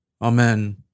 Amen